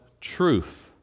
truth